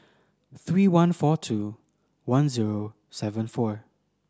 three one four two one zero seven four